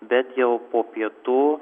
bet jau po pietų